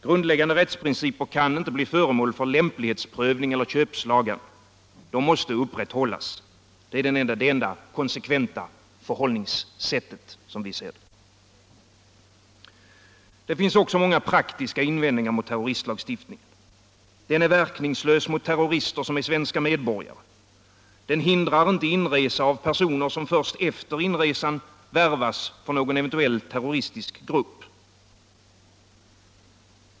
Grundläggande rättsprinciper kan inte bli föremål för lämplighetsprövning eller köpslagan. De måste upprätthållas. Det är det enda konsekventa förhållningssättet, som vi ser det. Det finns också många praktiska invändningar mot terroristlagstiftningen. Den är verkningslös mot terrorister som är svenska medborgare. Den hindrar inte inresa av personer som först efter inresan värvas för någon eventuell terroristisk grupp.